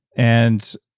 and